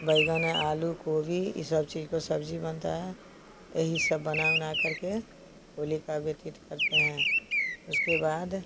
बैंगन है आलू गोभी यह सब चीज़ की सब्ज़ी बनती है यही सब बना उना करके होली का व्यतीत करते हैं उसके बाद